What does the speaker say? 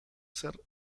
ser